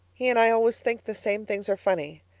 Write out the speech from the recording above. he and i always think the same things are funny,